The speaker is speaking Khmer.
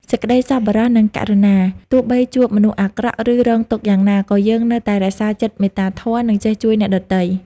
សេចក្តីសប្បុរស និងករុណា ទោះបីជួបមនុស្សអាក្រក់ ឬរងទុក្ខយ៉ាងណា ក៏យើងនៅតែរក្សាចិត្តមេត្តាធម៌ និងចេះជួយអ្នកដទៃ។